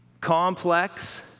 complex